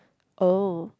oh